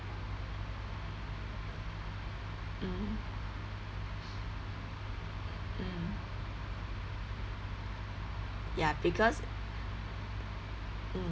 mm mm ya because mm